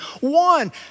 one